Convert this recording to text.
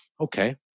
Okay